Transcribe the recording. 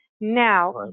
now